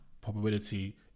probability